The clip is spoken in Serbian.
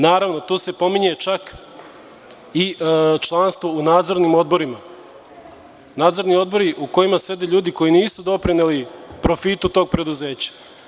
Naravno, tu se pominje čak i članstvo u nadzornim odborima, nadzorni odbori u kojima sede ljudi koji nisu doprineli profitu tog preduzeća.